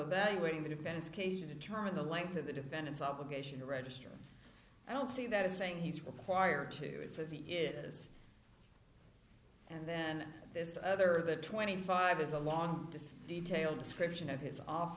evaluating the defense case determine the length of the defendant's obligation to register i don't see that as saying he's required to you it says he is and then this other that twenty five is along this detailed description of his off